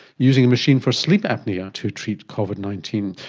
using a machine for sleep apnoea to treat covid nineteen.